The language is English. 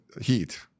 heat